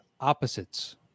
opposites